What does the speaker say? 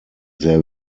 sehr